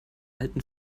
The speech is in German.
alten